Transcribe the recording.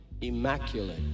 immaculate